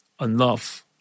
enough